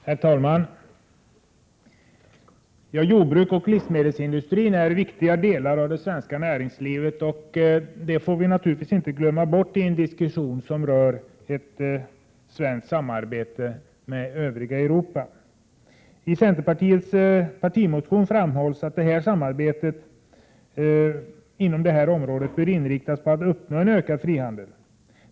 Herr talman! Jordbruket och livsmedelsindustrin är viktiga delar av det svenska näringslivet. Det får vi naturligtvis inte glömma bort i en diskussion som rör ett svenskt samarbete med övriga Europa. I centerpartiets partimotion framhålls att samarbetet på det här området bör inriktas på att uppnå en ökad frihandel.